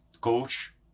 coach